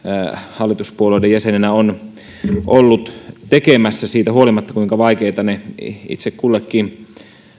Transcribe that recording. hallituspuolueiden jäsenenä on ollut tekemässä siitä huolimatta kuinka vaikeita ne itse kullekin